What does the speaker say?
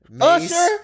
Usher